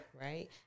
Right